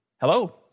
hello